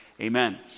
Amen